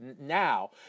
now